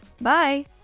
Bye